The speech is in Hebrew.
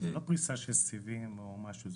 זו לא פריסה של סיבים או משהו.